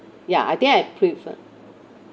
ya I think I prefe~